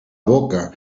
boca